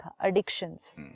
addictions